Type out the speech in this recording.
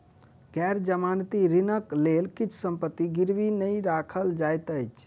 गैर जमानती ऋणक लेल किछ संपत्ति गिरवी नै राखल जाइत अछि